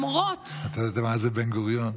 את יודעת מה זה בן-גוריון?